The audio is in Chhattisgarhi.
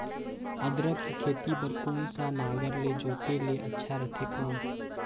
अदरक के खेती बार कोन सा नागर ले जोते ले अच्छा रथे कौन?